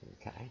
okay